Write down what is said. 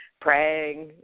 praying